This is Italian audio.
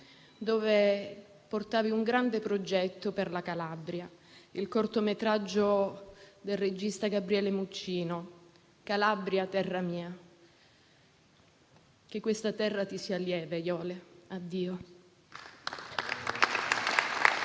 dove portavi un grande progetto per la Calabria, il cortometraggio del regista Gabriele Muccino «Calabria, terra mia». Che questa terra ti sia lieve, Iole. Addio.